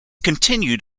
continued